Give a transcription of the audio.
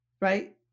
right